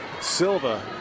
Silva